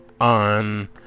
on